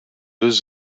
deux